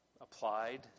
applied